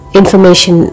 information